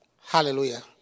Hallelujah